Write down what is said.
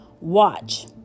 watch